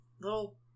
little